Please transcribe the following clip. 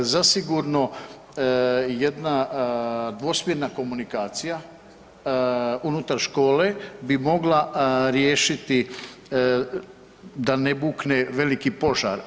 Zasigurno jedna dvosmjerna komunikacija unutar škole bi mogla riješiti da ne bukne veliki požar.